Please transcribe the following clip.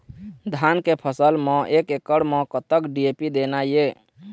धान के फसल म एक एकड़ म कतक डी.ए.पी देना ये?